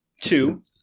Two